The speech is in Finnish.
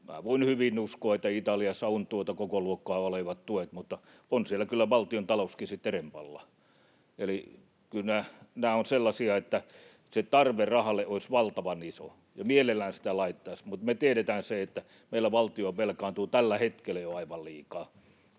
Voin hyvin uskoa, että Italiassa ovat tuota kokoluokkaa olevat tuet, mutta on siellä kyllä valtiontalouskin sitten rempallaan. Eli kyllä nämä ovat sellaisia, että se tarve rahalle olisi valtavan iso ja mielellään sitä laittaisi, mutta me tiedetään se, että meillä valtio velkaantuu tällä hetkellä jo aivan liikaa.